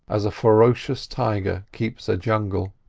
as a ferocious tiger keeps a jungle.